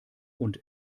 und